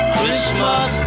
Christmas